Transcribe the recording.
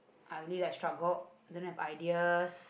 I really like struggled didn't have idea